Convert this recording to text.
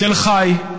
תל חי.